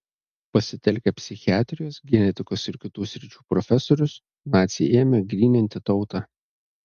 pasitelkę psichiatrijos genetikos ir kitų sričių profesorius naciai ėmė gryninti tautą